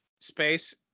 space